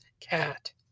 Cat